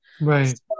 Right